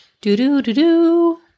Do-do-do-do